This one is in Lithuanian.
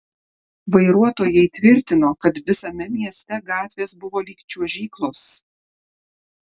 vairuotojai tvirtino kad visame mieste gatvės buvo lyg čiuožyklos